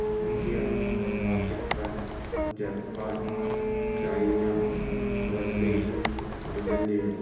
India Pakistan Japan China Brazil Argentina